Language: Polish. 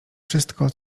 wszystko